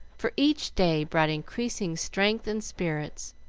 for each day brought increasing strength and spirits,